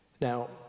Now